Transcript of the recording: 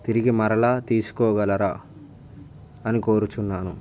తిరిగి మరల తీసుకోగలరా అని కోరుతున్నాను